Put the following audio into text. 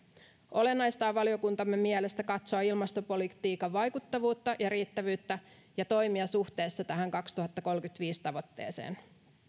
olennaista on valiokuntamme mielestä katsoa ilmastopolitiikan vaikuttavuutta ja riittävyyttä ja toimia suhteessa tähän kaksituhattakolmekymmentäviisi tavoitteeseen